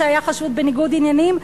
שהיה חשוד בניגוד עניינים,